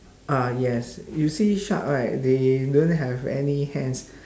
ah yes you see shark right they don't have any hands